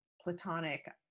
platonic